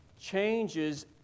changes